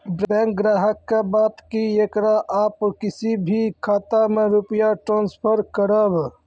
Bank ग्राहक के बात की येकरा आप किसी भी खाता मे रुपिया ट्रांसफर करबऽ?